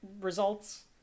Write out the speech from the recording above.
results